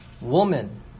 woman